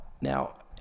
Now